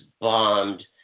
bombed